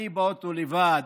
אני באוטו לבד,